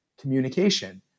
communication